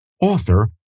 author